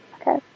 Okay